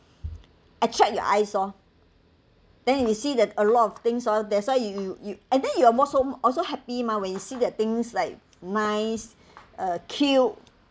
attract your eyes oh then you will see that a lot of things oh that's why you you you and then you are also also happy mah when you see that things like nice uh cute